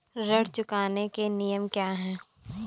ऋण चुकाने के नियम क्या हैं?